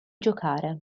giocare